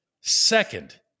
second